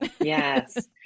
yes